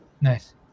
Nice